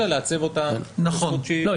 אגב,